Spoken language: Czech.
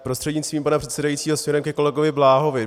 Prostřednictvím pana předsedajícího směrem ke kolegovi Bláhovi.